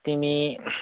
तिमी